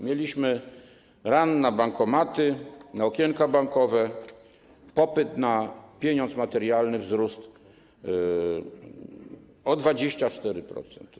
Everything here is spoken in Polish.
Mieliśmy run na bankomaty i okienka bankowe, popyt na pieniądz materialny wzrósł o 24%.